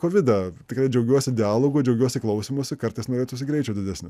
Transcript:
kovidą tikrai džiaugiuosi dialogu džiaugiuosi klausymusi kartais norėtųsi greičio didesnio